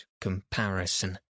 comparison